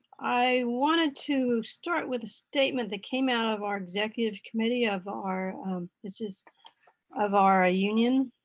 i wanted to start with a statement that came out of our executive committee of our this is of our union.